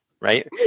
right